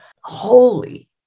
holy